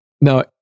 No